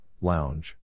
Lounge